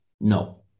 no